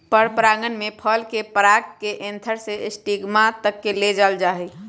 परागण में फल के पराग के एंथर से स्टिग्मा तक ले जाल जाहई